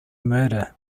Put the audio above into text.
murder